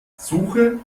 suche